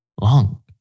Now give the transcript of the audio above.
Long